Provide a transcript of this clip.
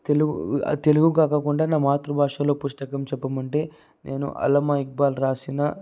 తెలుగు తెలుగు కాకుండా నా మాతృభాషలో పుస్తకం చెప్పమంటే నేను అల్లామా ఇక్బాల్ రాసిన